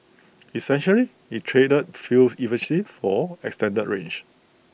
essentially IT traded fuel efficiency for extended range